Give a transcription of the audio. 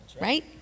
Right